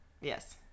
yes